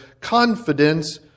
confidence